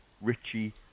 Richie